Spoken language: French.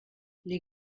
les